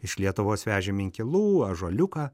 iš lietuvos vežėm inkilų ąžuoliuką